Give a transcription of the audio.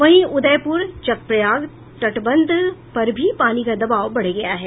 वहीं उदयप्र चकप्रयाग तटबंध पर भी पानी का दवाब बढ़ गया है